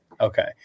Okay